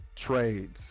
trades